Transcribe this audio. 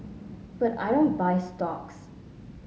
but I don't buy stocks